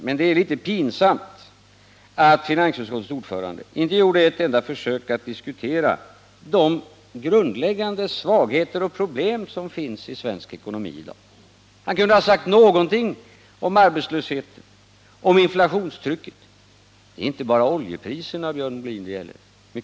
Men det är litet pinsamt att finansutskottets ordförande inte gjorde ett enda försök att diskutera de grundläggande svagheter och problem som finns i svensk ekonomi i dag. Han kunde ha sagt någonting om arbetslösheten, om inflationstrycket. Det är inte bara oljepriserna det gäller, Björn Molin. Det är mycket annat.